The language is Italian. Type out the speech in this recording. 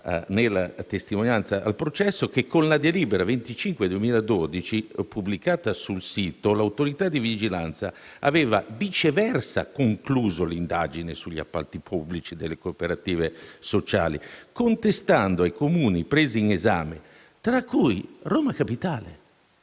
nella testimonianza al processo, che con la delibera n. 25 del 2012, pubblicata sul sito, l’Autorità di vigilanza aveva viceversa concluso l’indagine sugli appalti pubblici delle cooperative sociali con contestazioni ai Comuni presi in esame tra i quali Roma Capitale.